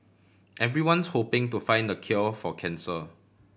everyone's hoping to find the cure for cancer